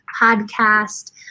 podcast